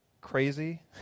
crazy